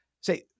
say